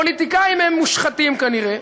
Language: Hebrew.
פוליטיקאים הם מושחתים כנראה,